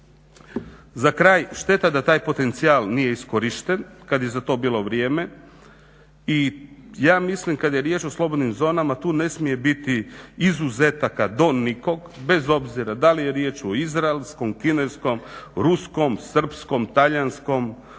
Za kraj, šteta da taj potencijal nije iskorišten kada je za to bilo vrijeme. I ja mislim kada je riječ o slobodnim zonama tu ne smije biti izuzetaka do nikog bez obzira da li je riječ o izraelskom, kineskom, ruskom, srpskom, talijanskom,